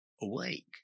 awake